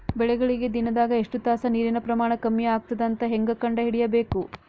ಬೆಳಿಗಳಿಗೆ ದಿನದಾಗ ಎಷ್ಟು ತಾಸ ನೀರಿನ ಪ್ರಮಾಣ ಕಮ್ಮಿ ಆಗತದ ಅಂತ ಹೇಂಗ ಕಂಡ ಹಿಡಿಯಬೇಕು?